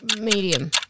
Medium